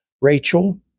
Rachel